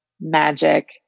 magic